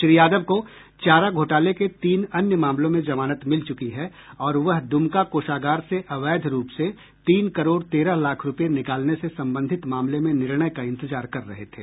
श्री यादव को चारा घोटाले के तीन अन्य मामलों में जमानत मिल चुकी है और वह दुमका कोषागार से अवैध रूप से तीन करोड़ तेरह लाख रूपये निकालने से संबंधित मामले में निर्णय का इंतजार कर रहे थे